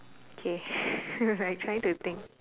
okay I trying to think